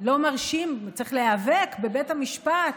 לא מרשים, וצריך להיאבק בבית המשפט,